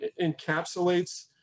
encapsulates